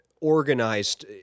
organized